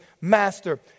Master